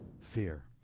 fear